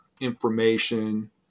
information